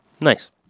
Nice